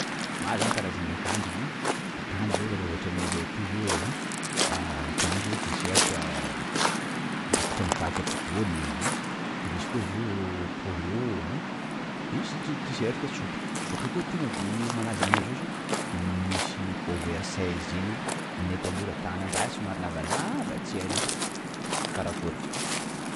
Maro zany karazana akanjo ein! _x000D_ Akanjo zao ohatra nenakay ity zao ein! akanjo t-shirt bokotra mivaky ampovoany vy; de misy koa izy io pôlo ein! _x000D_ De misy izy io t-shirt tsotra! bakeo tonga de malaza aminay zao zao: misy oversize zay eo: nenay tanora, tanan'ny raha io somary lavalava tsy hainao karakôry